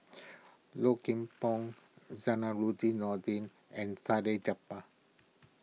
Low Kim Pong Zainudin Nordin and Salleh Japar